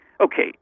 okay